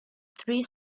three